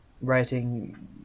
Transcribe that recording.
writing